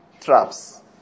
traps